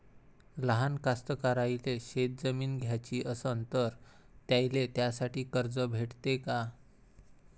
लहान कास्तकाराइले शेतजमीन घ्याची असन तर त्याईले त्यासाठी कर्ज भेटते का?